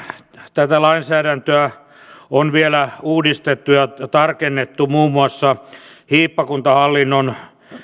tätä lainsäädäntöä on vielä uudistettu ja tarkennettu muun muassa hiippakuntahallinnon